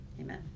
amen